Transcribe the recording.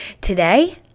Today